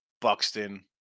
Buxton